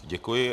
Děkuji.